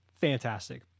fantastic